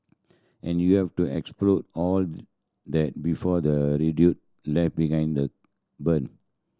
and you have to explode all that before the left behind the bun